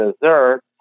dessert